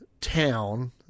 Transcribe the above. town